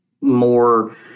more